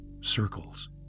Circles